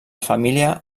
família